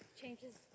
changes